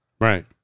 Right